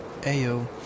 Ayo